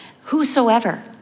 whosoever